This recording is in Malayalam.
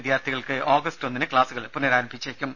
വിദ്യാർത്ഥികൾക്ക് ഓഗസ്റ്റ് ഒന്നിന് ക്ലാസുകൾ നിലവിലെ പുനരാരംഭിച്ചേക്കും